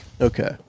Okay